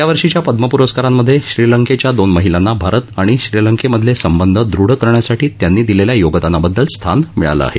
यावर्षीच्या पद्म पुरस्कारांमधे श्रीलंकेच्या दोन महिलांना भारत आणि श्रीलंकेमधील संबंध दृढ करण्यासाठी त्यांनी दिलेल्या योगदानाबद्दल स्थान मिळालं आहे